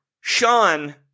Sean